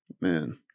Man